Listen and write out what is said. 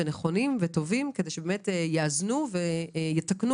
נכונים וטובים כדי שבאמת יאזנו ויתקנו